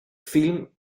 film